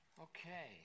Okay